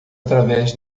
através